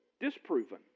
disproven